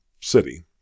city